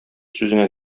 сүзенә